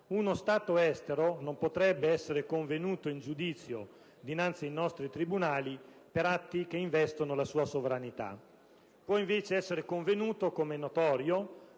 uno Stato estero non potrebbe essere convenuto in giudizio dinnanzi ai nostri tribunali per atti che investono la sua sovranità. Può invece essere convenuto, come è notorio,